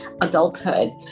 adulthood